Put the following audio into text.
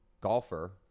golfer